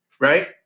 right